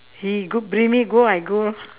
he go bring me go I go lor